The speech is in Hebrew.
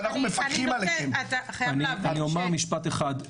אני אומר משפט אחד,